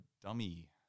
dummy